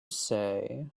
say